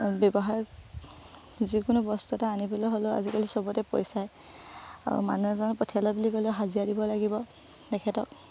ব্যৱসায় যিকোনো বস্তু এটা আনিবলৈ হ'লেও আজিকালি চবতে পইচাই আৰু মানুহ এজনক পঠিয়ালে বুলি ক'লেও হাজিৰা দিব লাগিব তেখেতক